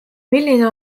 milline